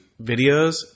videos